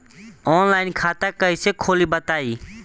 Online खाता कइसे खोली बताई?